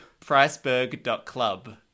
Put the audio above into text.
priceberg.club